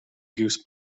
goose